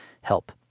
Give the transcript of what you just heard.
help